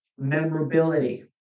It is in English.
memorability